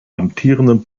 amtierenden